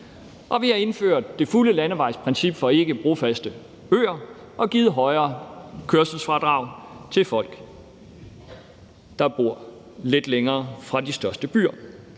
Og vi har indført det fulde landevejsprincip for ikkebrofaste øer og givet højere kørselsfradrag til folk, der bor lidt længere væk fra de største byer.